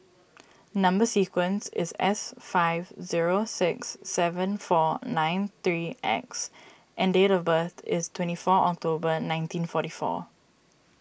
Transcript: Number Sequence is S five zero six seven four nine three X and date of birth is twenty four October nineteen forty four